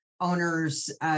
owners